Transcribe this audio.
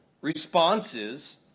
responses